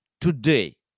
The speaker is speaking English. today